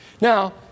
Now